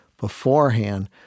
beforehand